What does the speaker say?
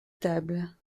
table